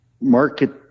Market